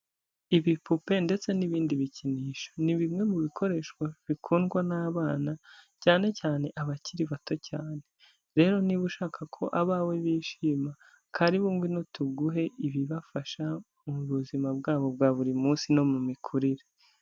Ibipupe ndetse n'ibindi bikinisho, ni bimwe mu bikoreshwa bikundwa n'abana cyane cyane abakiri bato cyane, rero niba ushaka ko abawe bishima, karibu ngwino tuguhe ibibafasha mu buzima bwabo bwa buri munsi no mu mikurire.